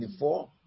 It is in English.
24